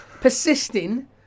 persisting